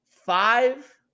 Five